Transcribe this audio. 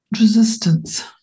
resistance